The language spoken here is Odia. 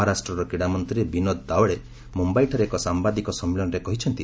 ମହାରାଷ୍ଟ୍ରର କ୍ରୀଡ଼ାମନ୍ତ୍ରୀ ବିନୋଦ ତାୱଡେ ମୁମ୍ଭାଇଠାରେ ଏକ ସାମ୍ଭାଦିକ ସମ୍ମିଳନୀରେ କହିଛନ୍ତି